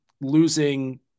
losing